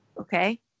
Okay